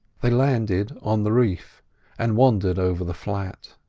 they landed on the reef and wandered over the flat.